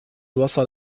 وصل